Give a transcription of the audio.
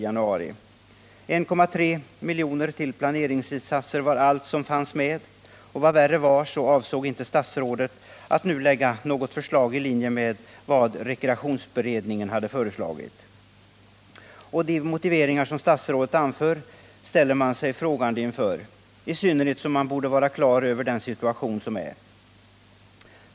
1,3 milj.kr. till planeringsinsatser var allt som fanns med, och vad värre var avsåg inte statsrådet att nu lägga fram något förslag i linje med vad rekreationsberedningen hade föreslagit. Jag ställer mig frågande inför de motiveringar som statsrådet anför, i synnerhet som regeringen borde vara på det klara med den situation som råder.